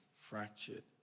fractured